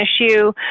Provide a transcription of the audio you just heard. issue